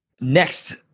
Next